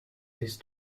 this